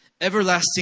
Everlasting